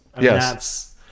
Yes